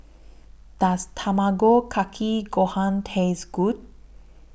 Does Tamago Kake Gohan Taste Good